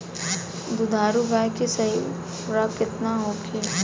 दुधारू गाय के सही खुराक केतना होखे?